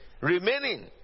remaining